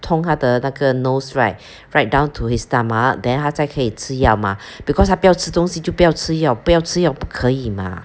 通他的那个 nose right right down to his stomach then 他才可以吃药 mah because 他不要吃东西就不要吃药不要吃药不可以 mah